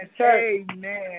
Amen